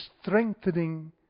strengthening